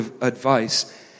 advice